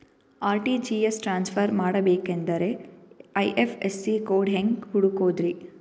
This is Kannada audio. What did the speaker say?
ಆರ್.ಟಿ.ಜಿ.ಎಸ್ ಟ್ರಾನ್ಸ್ಫರ್ ಮಾಡಬೇಕೆಂದರೆ ಐ.ಎಫ್.ಎಸ್.ಸಿ ಕೋಡ್ ಹೆಂಗ್ ಹುಡುಕೋದ್ರಿ?